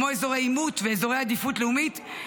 כמו אזורי עימות ואזורי עדיפות לאומית,